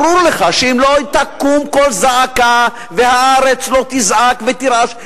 ברור לך שאם לא יקום קול זעקה והארץ לא תזעק ותרעש,